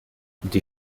die